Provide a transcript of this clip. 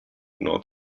nord